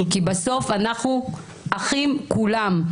כי בסוף אנחנו אחים כולם,